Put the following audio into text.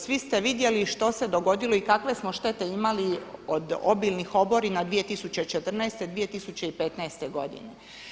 Svi ste vidjeli što se dogodilo i kakve smo štete imali od obilnih oborina 2014., 2015. godine.